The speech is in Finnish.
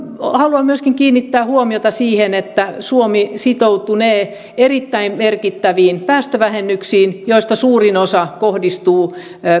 haluan myöskin kiinnittää huomiota siihen että suomi sitoutunee erittäin merkittäviin päästövähennyksiin joista suurin osa kohdistuu